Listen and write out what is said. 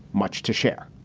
much to share.